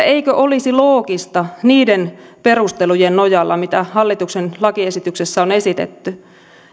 eikö olisi loogista niiden perustelujen nojalla mitä hallituksen lakiesityksessä on esitetty